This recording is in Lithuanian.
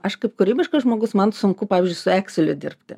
aš kaip kūrybiškas žmogus man sunku pavyzdžiui su ekseliu dirbti